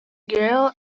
gael